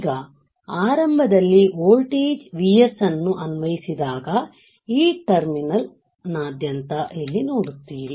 ಈಗ ಆರಂಭದಲ್ಲಿ voltage Vs ಅನ್ನು ಅನ್ವಯಿಸಿದಾಗ ನೀವು ಈ ಟರ್ಮಿನಲ್ ನಾದ್ಯಂತ ಇಲ್ಲಿ ನೋಡುತ್ತೀರಿ